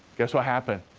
guess what happened?